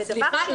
סליחה,